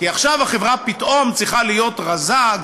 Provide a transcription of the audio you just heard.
כי עכשיו החברה פתאום צריכה להיות רזה,